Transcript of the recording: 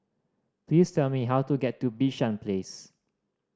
please tell me how to get to Bishan Place